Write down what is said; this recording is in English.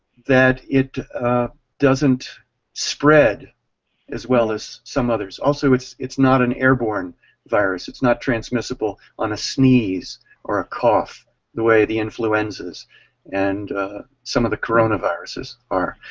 that it doesn't spread as well as some others. also its its not an airborne virus its not transmissible on a sneeze or a cough the way the influenzas and some of the coronaviruses are.